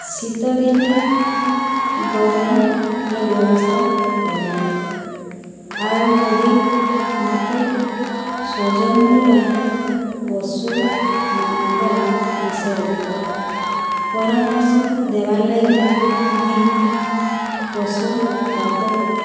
ଶୀତଦିନେ ଗରମର ବ୍ୟବସ୍ଥା କର୍ମା ଆଉ ଯଦି ମତେ ସୁଯୋଗ୍ ମିଲ୍ବା ପଶୁମାନ୍ଙ୍କର ବିଷୟରେ ପରାମର୍ଶ ଦେବାର୍ଲାଗି ମୁଁଇ ପଶୁ ଡାକ୍ତର୍